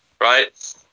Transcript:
right